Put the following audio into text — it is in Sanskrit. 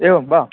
एवं वा